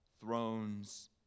thrones